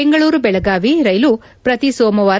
Bengaluru Belagavi rail ಪ್ರತಿ ಸೋಮವಾರ